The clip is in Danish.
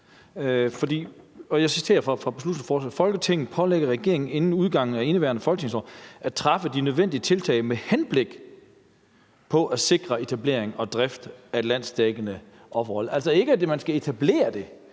Jeg citerer fra beslutningsforslaget: »Folketinget pålægger regeringen inden udgangen af indeværende folketingsår at træffe de nødvendige tiltag med henblik på at sikre etablering og drift af en landsdækkende offerrådgivning ...« Der står altså ikke, at man skal etablere det,